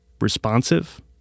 responsive